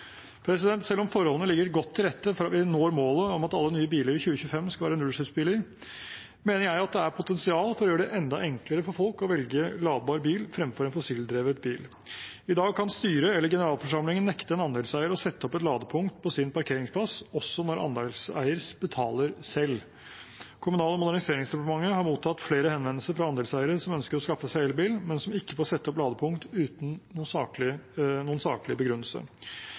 Selv om forholdene ligger godt til rette for at vi skal nå målet om at alle nye biler i 2025 skal være nullutslippsbiler, mener jeg det er potensial for å gjøre det enda enklere for folk å velge en ladbar bil framfor en fossildrevet bil. I dag kan et styre eller en generalforsamling nekte en andelseier å sette opp et ladepunkt på sin parkeringsplass også når andelseier betaler selv. Kommunal- og moderniseringsdepartementet har mottatt flere henvendelser fra andelseiere som ønsker å skaffe seg elbil, men som ikke får sette opp ladepunkt, uten noen saklig begrunnelse.